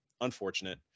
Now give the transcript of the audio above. unfortunate